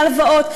של ההלוואות.